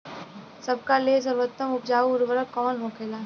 सबका ले सर्वोत्तम उपजाऊ उर्वरक कवन होखेला?